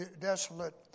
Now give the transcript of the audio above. desolate